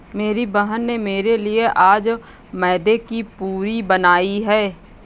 मेरी बहन में मेरे लिए आज मैदे की पूरी बनाई है